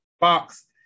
box